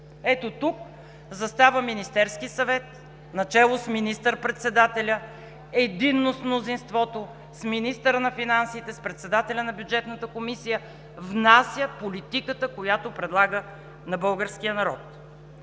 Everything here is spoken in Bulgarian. ето тук застава Министерският съвет начело с министър-председателя, единно с мнозинството, с министъра на финансите, с председателя на Бюджетната комисия внася политиката, която предлага на българския народ,